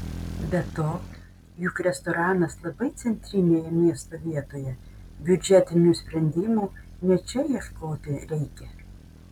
be to juk restoranas labai centrinėje miesto vietoje biudžetinių sprendimų ne čia ieškoti reikia